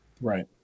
Right